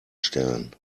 stellen